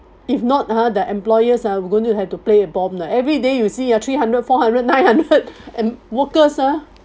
if not ha the employers ah are going to have to play a bomb lah everyday you see ah three hundred four hundred and nine hundred and workers ah